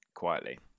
Quietly